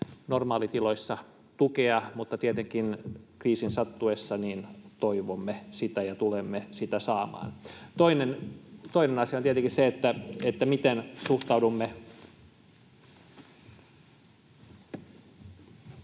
normaalitiloissa tukea, mutta tietenkin kriisin sattuessa toivomme sitä ja tulemme sitä saamaan. Toinen asia on tietenkin se, miten suhtaudumme...